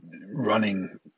running